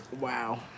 Wow